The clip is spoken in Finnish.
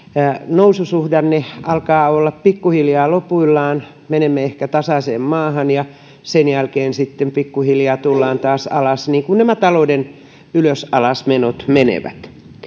noususuhdanne alkaa olla pikkuhiljaa lopuillaan menemme ehkä tasaiseen maahan ja sen jälkeen sitten pikkuhiljaa tullaan taas alas niin kuin nämä talouden ylös alas menot menevät